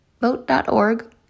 Vote.org